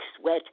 sweat